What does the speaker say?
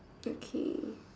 okay